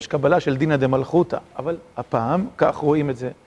יש קבלה של דינה דה מלכותה, אבל הפעם כך רואים את זה.